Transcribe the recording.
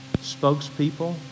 spokespeople